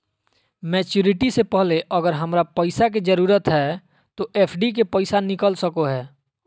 Maturity से पहले अगर हमरा पैसा के जरूरत है तो एफडी के पैसा निकल सको है?